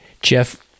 Jeff